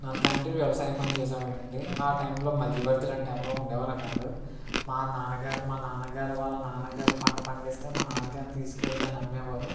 నా తండ్రి వ్యవసాయ పని చేసేవారు అండి ఆ టైంలో మధ్యవర్తులు అంటే ఎవరు ఉండేవారు కాదు మా నాన్నగారు మా నాన్నగారు వాళ్ళ నాన్నగారు పంట పండిస్తే మా నాన్నగారు తీసుకు వెళ్ళి దాన్ని అమ్మేవారు